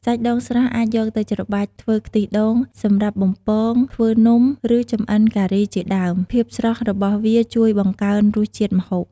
សាច់ដូងស្រស់អាចយកទៅច្របាច់ធ្វើខ្ទិះដូង សម្រាប់បំពង ធ្វើនំ ឬចម្អិនការីជាដើម ភាពស្រស់របស់វាជួយបង្កើនរសជាតិម្ហូប។